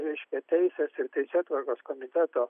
reiškia teisės ir teisėtvarkos komiteto